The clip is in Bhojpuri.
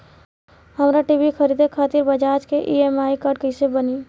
हमरा टी.वी खरीदे खातिर बज़ाज़ के ई.एम.आई कार्ड कईसे बनी?